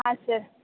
ಹಾಂ ಸರ್